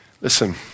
Listen